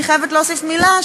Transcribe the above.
אני חייבת להוסיף מילה,